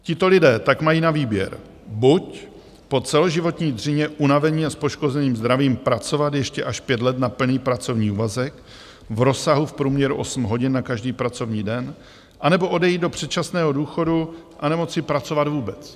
Tito lidé tak mají na výběr buď po celoživotní dřině, unavení a s poškozením zdravím pracovat ještě až pět let na plný pracovní úvazek v rozsahu v průměru osm hodin na každý pracovní den, anebo odejít do předčasného důchodu a nemoci pracovat vůbec.